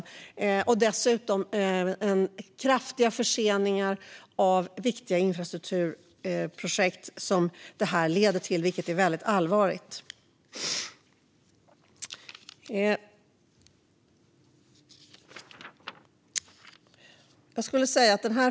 Detta leder dessutom till kraftiga förseningar av viktiga infrastrukturprojekt, vilket är väldigt allvarligt.